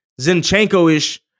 Zinchenko-ish